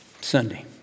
Sunday